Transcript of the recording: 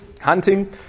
hunting